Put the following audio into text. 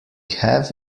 have